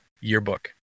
Yearbook